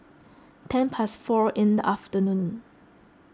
ten past four in the afternoon